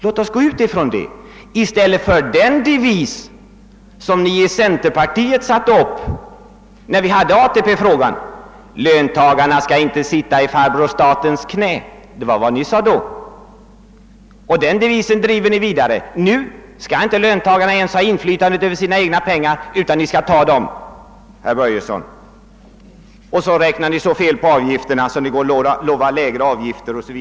Låt oss gå ut från detta i stället för från den devis som ni i centerpartiet satte upp när vi diskuterade ATP-frågan: »Löntagarna skall inte sitta i farbror statens knä.» Den devisen har ni fortfarande. Nu skall inte löntagarna ha inflytande över sina egna pengar utan mni skall ta dem Och dessutom räknar ni så fel på avgifterna att ni lovar lägre avgifter.